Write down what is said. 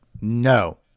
No